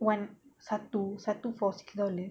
one satu satu for six dollars